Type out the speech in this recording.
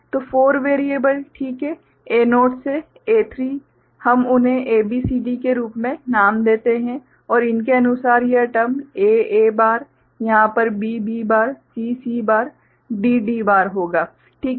तो 4 वेरिएबल ठीक हैं A0 से A3 हम उन्हें ABCD के रूप में नाम देते हैं और इनके अनुसार यह टर्म A A बार यहां पर B B बार C C बार D D बार होगा ठीक है